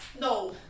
No